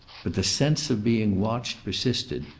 but the sense of being watched persisted,